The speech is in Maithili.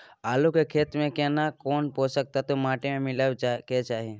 आलू के खेती में केना कोन पोषक तत्व माटी में मिलब के चाही?